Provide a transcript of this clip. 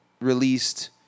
released